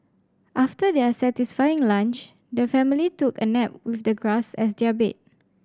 after their satisfying lunch the family took a nap with the grass as their bed